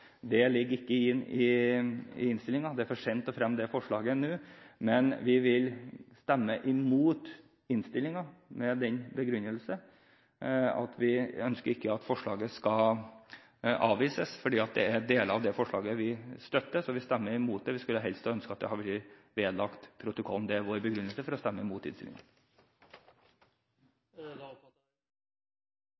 Det ligger ikke i innstillingen. Det er for sent å fremme det forslaget nå, men vi vil stemme imot innstillingen med den begrunnelse at vi ikke ønsker at forslaget skal avvises, fordi vi støtter deler av det. Vi stemmer imot det. Vi skulle helst ha ønsket at det hadde vært vedlagt protokollen. Det er vår begrunnelse for å stemme imot